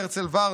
הרצל ורדי,